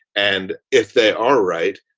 and if they are right.